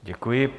Děkuji.